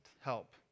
help